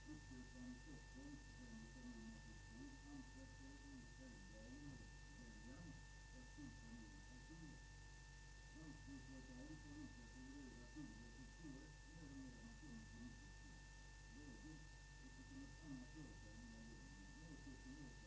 Jag tror säkert att både finansministern och alla andra uppfattade att mitt anförande inte var något angrepp på penninglotteriet utan att det gällde sättet att marknadsföra penninglotteriet. Inkomsterna går förvisso i stor utsträckning till önskvärda ändamål. Men hur man kan undgå att sätta denna annonsering i samband med vårt skattesystem är för mig en gåta.